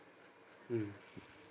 mm